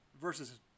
versus